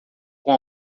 com